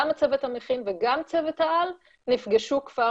גם הצוות המכין וגם צוות העל נפגשו כבר